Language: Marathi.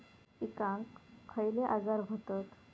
पिकांक खयले आजार व्हतत?